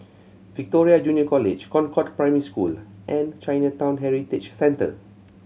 Victoria Junior College Concord Primary School and Chinatown Heritage Centre